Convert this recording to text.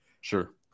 Sure